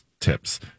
tips